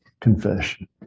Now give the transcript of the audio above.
confession